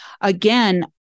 Again